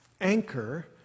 Anchor